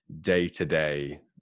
day-to-day